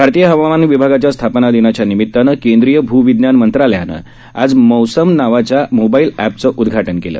भारतीय हवामान विभागाच्या स्थापना दिनाच्या निमितानं केंद्रीय भू विज्ञान मंत्रालयानं आज मौसम नावाच्या मोबाईल ऍपचं उदघाटन केलं